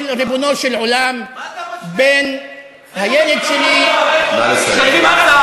בין הילד שלי, נא לסיים.